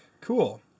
cool